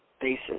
Basis